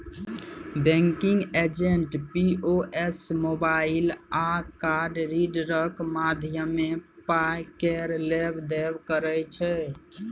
banking agent POS, mobile आ card रीडरक माध्यमे पाय केर लेब देब करै छै